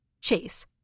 Chase